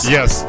Yes